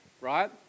Right